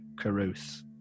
Caruth